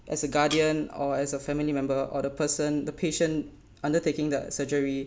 as a guardian or as a family member or the person the patient undertaking the surgery